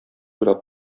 уйлап